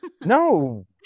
No